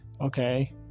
okay